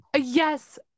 Yes